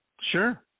Sure